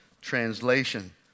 Translation